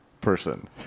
person